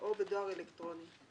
השעה 08:47. הנושא הוא: